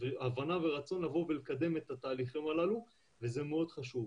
הבנה ורצון לקדם את התהליכים האלה וזה מאוד חשוב.